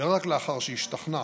ורק לאחר שהשתכנע